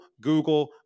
Google